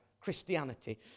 Christianity